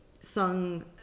sung